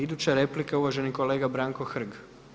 Iduća replika je uvaženi kolega Branko Hrg.